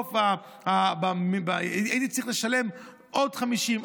ובסוף הייתי צריך לשלם עוד 50,